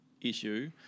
issue